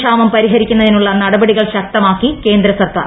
ക്ഷാമം പരിഹരിക്കുന്നതിനുള്ള നടപടികൾ ശക്തമാക്കി കേന്ദ്ര സർക്കാർ